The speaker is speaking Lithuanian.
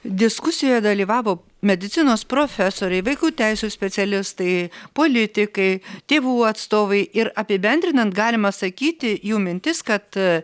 diskusijoje dalyvavo medicinos profesoriai vaikų teisių specialistai politikai tėvų atstovai ir apibendrinant galima sakyti jų mintis kad